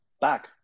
back